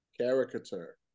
Caricature